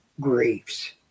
griefs